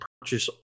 purchase